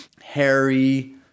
Harry